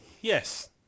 Yes